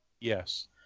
Yes